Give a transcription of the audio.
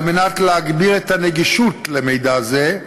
על מנת להגביר את הנגישות של מידע זה,